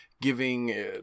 giving